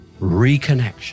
reconnection